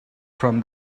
from